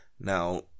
Now